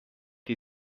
die